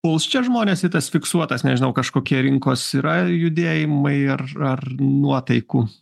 puls čia žmonės į tas fiksuotas nežinau kažkokie rinkos yra judėjimai ar ar nuotaikų